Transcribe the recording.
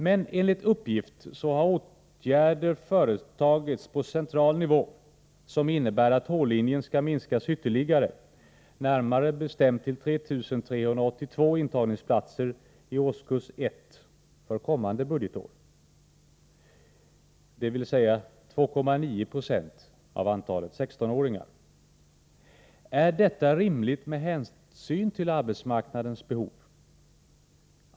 Men enligt uppgift har åtgärder vidtagits på central nivå som innebär att h-linjen skall minskas ytterligare, närmare bestämt till 3 382 intagningsplatser i årskurs ett för kommande budgetår, dvs. 2,9 20 av antalet 16-åringar. Är detta rimligt med hänsyn till arbetsmarknadens behov?